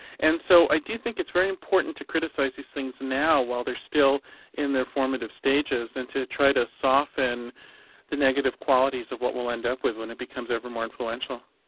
and so i do think it's very important to criticise these things now while they're still in their formative stages than to try to soften the negative qualities of what we'll end up with when it becomes ever more influential.